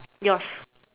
yours